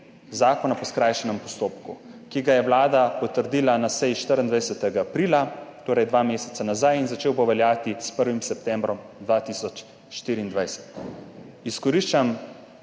zakona po skrajšanem postopku, ki ga je Vlada potrdila na seji 24. aprila, torej dva meseca nazaj, in začel bo veljati s 1. septembrom 2024. Izkoriščam